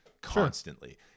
constantly